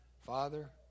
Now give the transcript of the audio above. Father